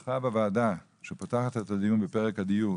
השתתפותך בוועדה שפותחת את הדיון בפרק הדיור,